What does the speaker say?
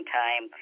time